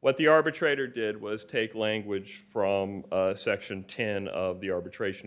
what the arbitrator did was take language from section ten of the arbitration